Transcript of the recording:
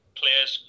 players